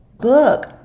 book